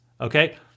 okay